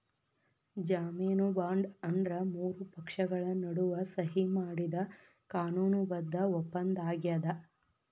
ಜಾಮೇನು ಬಾಂಡ್ ಅಂದ್ರ ಮೂರು ಪಕ್ಷಗಳ ನಡುವ ಸಹಿ ಮಾಡಿದ ಕಾನೂನು ಬದ್ಧ ಒಪ್ಪಂದಾಗ್ಯದ